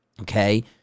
Okay